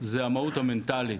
זאת המהות המנטלית,